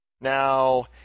Now